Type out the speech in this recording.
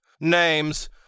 Names